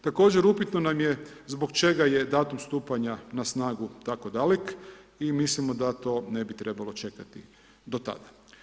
Također upitno nam je zbog čega je datum stupanja na snagu tako dalek i mislimo da to ne bi trebalo čekati do tada.